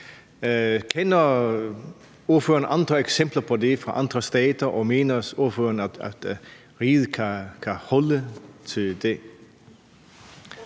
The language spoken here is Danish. Kender ordføreren andre eksempler på det fra andre stater, og mener ordføreren, at riget kan holde til det?